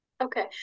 Okay